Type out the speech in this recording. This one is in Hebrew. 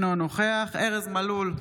אינו נוכח ארז מלול,